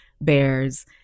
bears